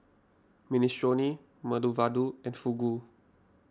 Minestrone Medu Vada and Fugu